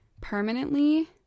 permanently